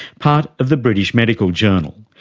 part of the british medical journal.